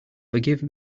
forgive